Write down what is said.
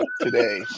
today